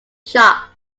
shock